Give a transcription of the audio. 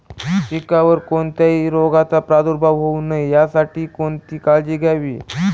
पिकावर कोणत्याही रोगाचा प्रादुर्भाव होऊ नये यासाठी कोणती काळजी घ्यावी?